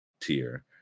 tier